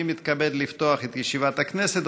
מתכבד לפתוח את ישיבת הכנסת.